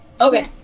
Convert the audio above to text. Okay